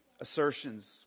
assertions